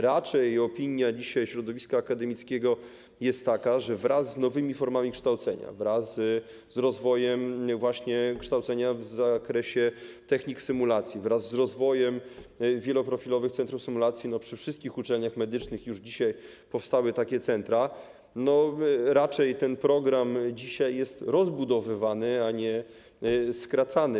Raczej opinia środowiska akademickiego jest dzisiaj taka, że wraz z nowymi formami kształcenia, wraz z rozwojem właśnie kształcenia w zakresie technik symulacji, wraz z rozwojem wieloprofilowych centrów symulacji - przy wszystkich uczelniach medycznych już dzisiaj powstały takie centra - ten program dzisiaj jest rozbudowywany, a nie skracany.